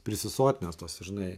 prisisotinęs tos žinai